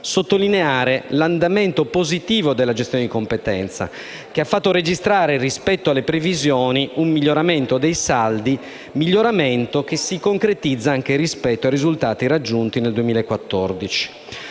sottolineare l'andamento positivo della gestione di competenza, che ha fatto registrare, rispetto alle previsioni, un miglioramento dei saldi, che si concretizza anche rispetto ai risultati raggiunti nel 2014.